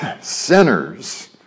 sinners